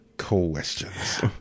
questions